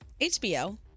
HBO